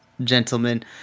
gentlemen